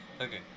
Okay